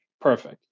Perfect